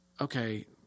okay